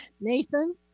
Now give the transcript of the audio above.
Nathan